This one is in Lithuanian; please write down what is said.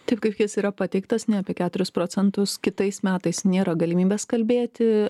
taip kaip jis yra pateiktas ne apie keturis procentus kitais metais nėra galimybės kalbėti